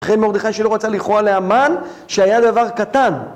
לכן מרדכי שלא רצה לכרוע להמן שהיה דבר קטן.